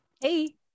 hey